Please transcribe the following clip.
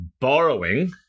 borrowing